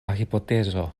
hipotezo